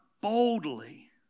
boldly